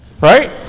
Right